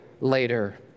later